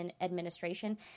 administration